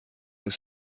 ist